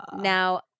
Now